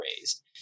raised